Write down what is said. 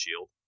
shield